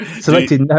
selected